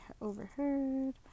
overheard